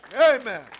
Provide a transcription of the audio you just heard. Amen